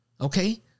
Okay